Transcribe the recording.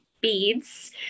beads